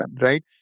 right